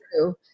true